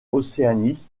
océanique